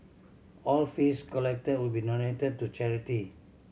all fees collected will be donated to charity